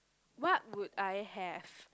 what would I have